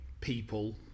people